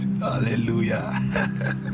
hallelujah